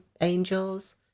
angels